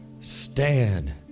stand